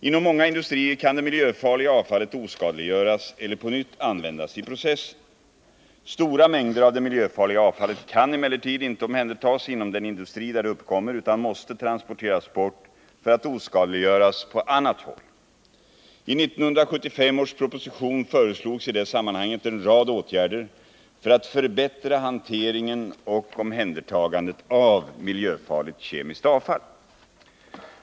Inom många industrier kan det miljöfarliga avfallet oskadliggöras eller på nytt användas i processen. Stora mängder av det miljöfarliga avfallet kan emellertid inte omhändertas inom den industri där det uppkommer utan måste transporteras bort för att oskadliggöras på annat håll. I 1975 års proposition föreslogs i det sammanhanget en rad åtgärder för att förbättra hanteringen och omhändertagandet av miljöfarligt kemiskt avfall.